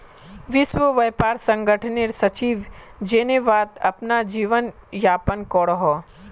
विश्व व्यापार संगठनेर सचिव जेनेवात अपना जीवन यापन करोहो